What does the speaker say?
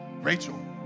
Rachel